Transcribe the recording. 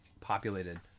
populated